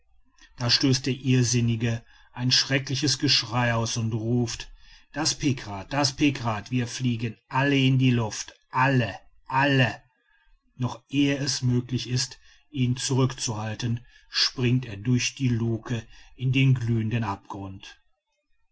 da stößt der irrsinnige ein schreckliches geschrei aus und ruft das pikrat das pikrat wir fliegen alle in die luft alle alle noch ehe es möglich ist ihn zurück zu halten springt er durch die luke in den glühenden abgrund